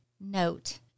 note